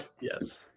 yes